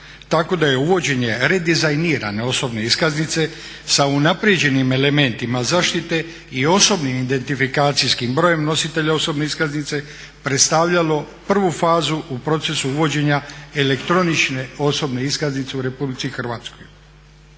Tako da je uvođenje redizajnirane osobne iskaznice sa unaprijeđenim elementima zaštite i osobnim identifikacijskim brojem nositelja osobne iskaznice predstavljalo prvu fazu u procesu uvođenja elektroničke osobne iskaznice u RH. Kako